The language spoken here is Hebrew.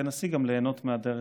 נסי גם ליהנות מהדרך.